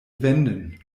wenden